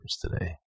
today